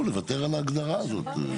אני מונע ממנו את זכות הטיעון גם לטעון.